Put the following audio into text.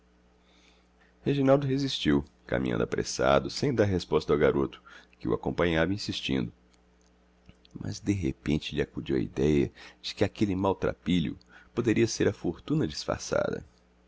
seguinte reginaldo resistiu caminhando apressado sem dar resposta ao garoto que o acompanhava insistindo mas de repente lhe acudiu a idéia de que aquele maltrapilho poderia ser a fortuna disfarçada